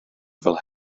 fel